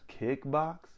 Kickbox